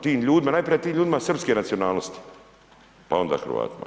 Tim ljudima, najprije tim ljudima srpske nacionalnosti, pa onda Hrvatima.